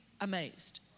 amazed